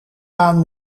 baan